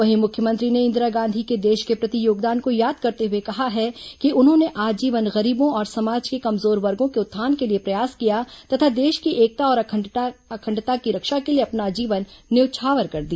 वहीं मुख्यमंत्री ने इंदिरा गांधी के देश के प्रति योगदान को याद करते हुए कहा है कि उन्होंने आजीवन गरीबों और समाज के कमजोर वर्गों के उत्थान के लिए प्रयास किया तथा देश की एकता और अखंडता की रक्षा के लिए अपना जीवन न्यौछावर कर दिया